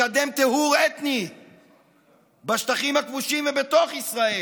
לקדם טיהור אתני בשטחים הכבושים ובתוך ישראל,